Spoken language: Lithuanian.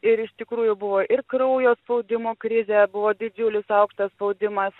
ir iš tikrųjų buvo ir kraujo spaudimo krizė buvo didžiulis aukštas spaudimas